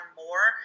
more